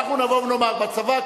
אנחנו נבוא ונאמר: בצבא,